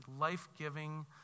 life-giving